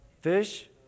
fish